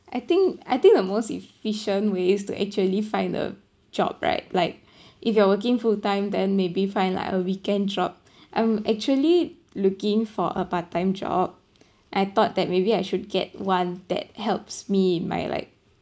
I think I think the most efficient ways to actually find a job right like if you are working fulltime then maybe find like a weekend job I'm actually looking for a part time job I thought that maybe I should get one that helps me in my like